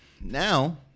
now